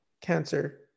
cancer